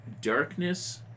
darkness